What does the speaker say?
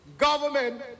Government